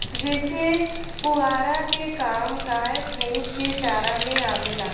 जेसे पुआरा के काम गाय भैईस के चारा में आवेला